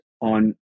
on